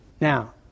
Now